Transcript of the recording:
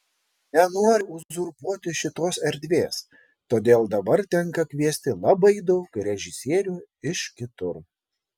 nenoriu uzurpuoti šitos erdvės todėl dabar tenka kviesti labai daug režisierių iš kitur